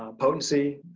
potency,